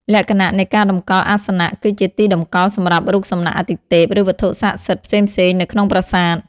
លក្ខណៈនៃការតម្កល់អាសនៈ គឺជាទីតម្កល់សម្រាប់រូបសំណាកអាទិទេព ឬវត្ថុសក្តិសិទ្ធិផ្សេងៗនៅក្នុងប្រាសាទ។